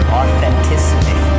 authenticity